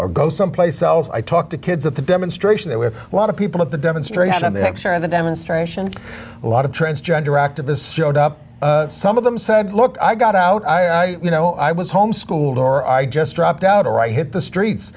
or go someplace else i talk to kids at the demonstration there were a lot of people at the demonstration and i'm sure in the demonstration a lot of transgender activists showed up some of them said look i got out i you know i was home schooled or i just dropped out or i hit the streets